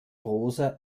prosa